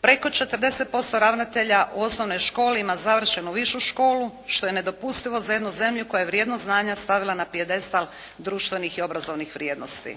Preko 40% ravnatelja u osnovnoj školi ima završenu višu školu što je nedopustivo za jednu zemlju koja je vrijednost znanja stavila na pijedestal društvenih i obrazovnih vrijednosti.